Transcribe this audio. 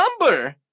number